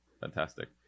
Fantastic